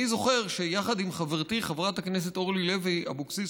אני זוכר שיחד עם חברתי חברת הכנסת אורלי לוי אבקסיס,